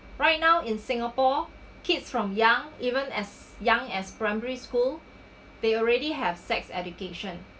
right now in singapore kids from young even as young as primary school they already have sex education